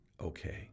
Okay